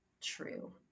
true